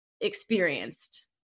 experienced